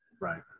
Right